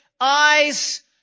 Eyes